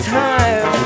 time